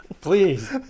please